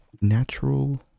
natural